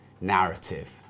narrative